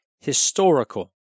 historical